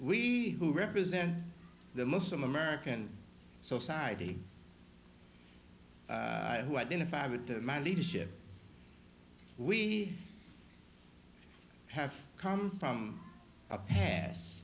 we who represent the muslim american society who identify with the man leadership we have come from a pass